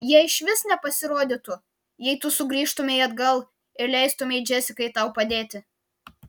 jie išvis nepasirodytų jei tu sugrįžtumei atgal ir leistumei džesikai tau padėti